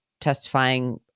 testifying